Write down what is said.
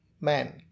man